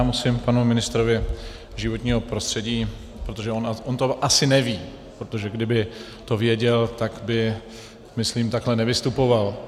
No, já musím panu ministrovi životního prostředí protože on to asi neví, protože kdyby to věděl, tak by, myslím, takhle nevystupoval.